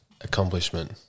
accomplishment